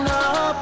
up